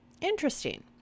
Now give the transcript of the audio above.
Interesting